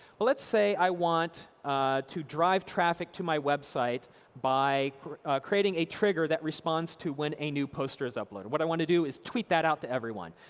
let's say i want to drive traffic to my website by creating a trigger that responds to when a new poster is uploaded. what i want to do is tweet that out to everyone.